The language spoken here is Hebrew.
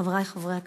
חברי חברי הכנסת,